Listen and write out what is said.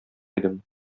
идем